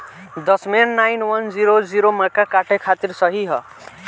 दशमेश nine one zero zero मक्का काटे खातिर सही ह?